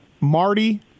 Marty